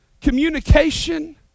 communication